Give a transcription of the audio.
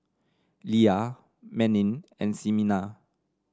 Lia Manning and Ximena